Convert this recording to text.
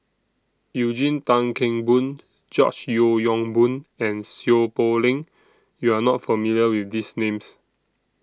Eugene Tan Kheng Boon George Yeo Yong Boon and Seow Poh Leng YOU Are not familiar with These Names